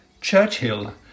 Churchill